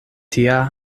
tia